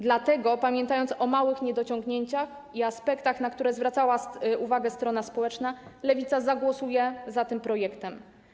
Dlatego, pamiętając o małych niedociągnięciach i aspektach, na które zwracała uwagę strona społeczna, Lewica zagłosuje za tym projektem.